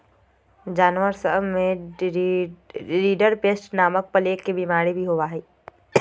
जानवर सब में रिंडरपेस्ट नामक प्लेग के बिमारी भी होबा हई